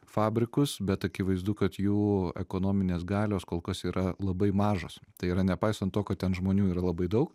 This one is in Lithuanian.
fabrikus bet akivaizdu kad jų ekonominės galios kol kas yra labai mažos tai yra nepaisant to kad ten žmonių yra labai daug